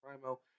Primo